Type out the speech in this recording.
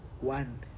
one